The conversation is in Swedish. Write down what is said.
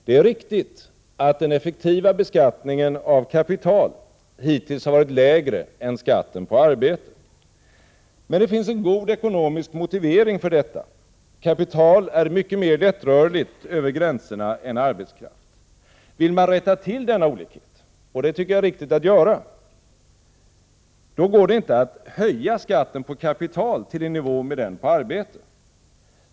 Det är riktigt att den effektiva beskattningen av kapital hittills har varit lägre än skatten på arbete. Men det finns en god ekonomisk motivering för detta: kapital är mycket mer lättrörligt över gränserna än arbetskraft. Vill man rätta till denna olikhet, vilket jag tycker är riktigt att göra, går det inte att höja skatten på kapital till i nivå med den på arbete.